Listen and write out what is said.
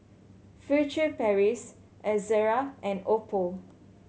Furtere Paris Ezerra and oppo